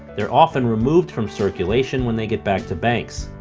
they're often removed from circulation when they get back to banks.